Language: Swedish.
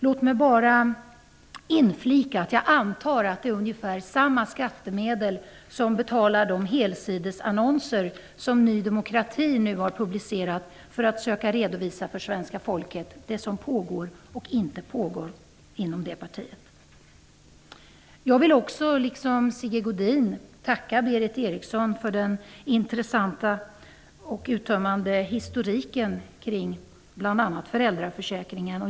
Låt mig inflika att jag antar att det är ungefär samma skattemedel som betalar de helsidesannonser som Ny demokrati nu har publicerat för att söka redovisa för svenska folket vad som pågår och inte pågår inom det partiet. Jag vill också, liksom Sigge Godin, tacka Berith Eriksson för den intressanta och uttömmande historiken kring bl.a. föräldraförsäkringen.